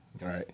Right